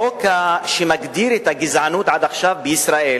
החוק שמגדיר את הגזענות בישראל